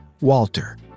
Walter